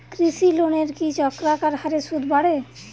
কৃষি লোনের কি চক্রাকার হারে সুদ বাড়ে?